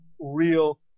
real